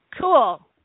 Cool